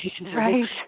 right